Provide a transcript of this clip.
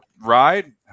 ride